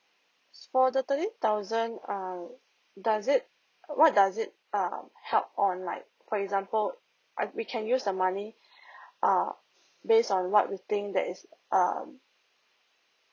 so the thirty thousand err does it what does it err help on like for example I we can use the money err based on what we think that is um